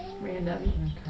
random